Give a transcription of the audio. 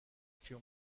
few